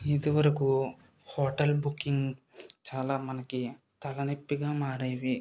ఇదివరకు hotel booking చాలా మనకి తల నొప్పిగా మారేవి